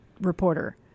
reporter